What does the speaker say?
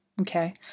okay